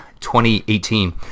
2018